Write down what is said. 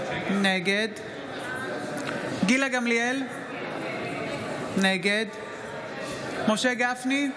נגד גילה גמליאל, נגד משה גפני,